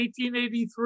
1883